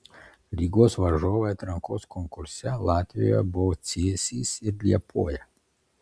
rygos varžovai atrankos konkurse latvijoje buvo cėsys ir liepoja